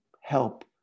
help